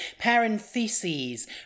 parentheses